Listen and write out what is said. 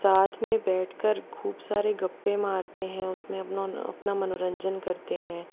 साथ में बैठ कर खूब सारे गप्पे मारते हैं उसमे अपनों अपना मनोरंजन करते हैं